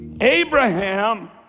Abraham